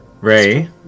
Ray